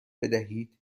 بدهید